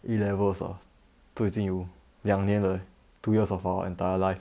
A levels ah 都已经有两年了 two years of our entire life